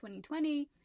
2020